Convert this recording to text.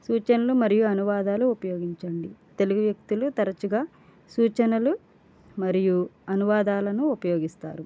సూచనలు మరియు అనువాదాలు ఉపయోగించండి తెలుగు వ్యక్తులు తరచుగా సూచనలు మరియు అనువాదాలను ఉపయోగిస్తారు